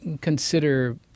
consider